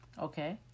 Okay